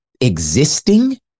existing